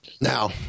Now